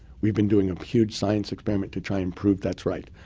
we've been doing a huge science experiment to try and prove that's right.